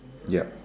yep